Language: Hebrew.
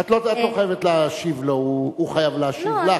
בבקשה, את לא חייבת להשיב לו, הוא חייב להשיב לך.